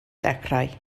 dechrau